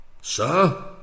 Sir